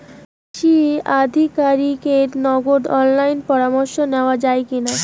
কৃষি আধিকারিকের নগদ অনলাইন পরামর্শ নেওয়া যায় কি না?